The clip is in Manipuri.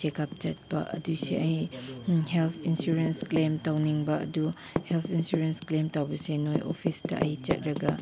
ꯆꯦꯛꯀꯞ ꯆꯠꯄ ꯑꯗꯨꯁꯦ ꯑꯩ ꯍꯦꯜꯠ ꯏꯟꯁꯨꯔꯦꯟꯁ ꯀ꯭ꯂꯦꯝ ꯇꯧꯅꯤꯡꯕ ꯑꯗꯨ ꯍꯦꯜꯠ ꯏꯟꯁꯨꯔꯦꯟꯁ ꯀ꯭ꯂꯦꯝ ꯇꯧꯕꯁꯦ ꯅꯣꯏ ꯑꯣꯐꯤꯁꯇ ꯑꯩ ꯆꯠꯂꯒ